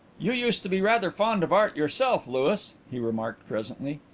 you used to be rather fond of art yourself, louis, he remarked presently.